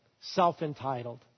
self-entitled